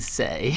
say